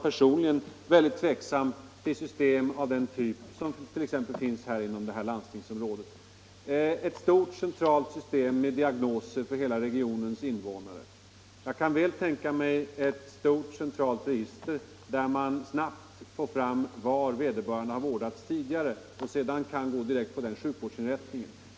Personligen är jag mycket tveksam till system av den typ som t.ex. finns inom vårt landstingsområde: ett stort centralt system med diagnoser för hela regionens invånare. Jag kan väl tänka mig ett stort centralt register, ur vilket man snabbt kan få fram var patienten har vårdats tidigare för att sedan kunna gå direkt på den sjukvårdsinrättningen.